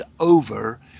over